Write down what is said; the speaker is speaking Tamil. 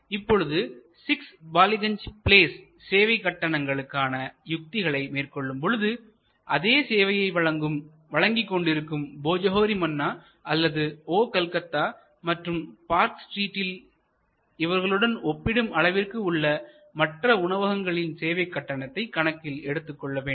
இப்பொழுது 6 பாலிகஞ்ச் ப்ளேஸ் சேவை கட்டணங்களுக்கான யுத்திகளை மேற்கொள்ளும் பொழுது அதே சேவையை வழங்கிக் கொண்டிருக்கும் போஜோஹோரி மன்னா அல்லது ஓ கல்கத்தா மற்றும் பார்க் ஸ்ட்ரீட்டில் இவர்களுடன் ஒப்பிடும் அளவிற்கு உள்ள மற்ற உணவகங்களின் சேவைக் கட்டணத்தை கணக்கில் எடுத்துக் கொள்ள வேண்டும்